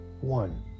one